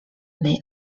may